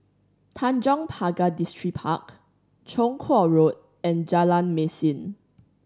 Tanjong Pagar Distripark Chong Kuo Road and Jalan Mesin